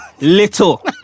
Little